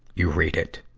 you read it.